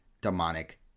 demonic